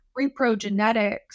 reprogenetics